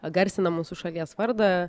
garsina mūsų šalies vardą